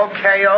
Okay